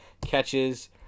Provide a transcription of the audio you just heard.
catches